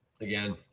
again